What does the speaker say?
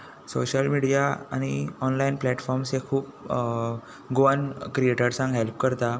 social media आनी online platforms हे खूब गोवन क्रिएटर्सांक हॅल्प करता